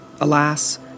Alas